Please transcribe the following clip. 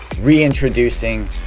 reintroducing